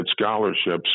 scholarships